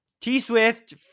T-Swift